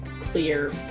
clear